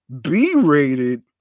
B-rated